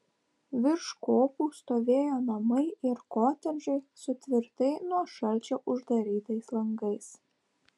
virš kopų stovėjo namai ir kotedžai su tvirtai nuo šalčio uždarytais langais